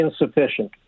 insufficient